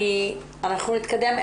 אנחנו נתקדם,